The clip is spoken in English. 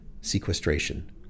sequestration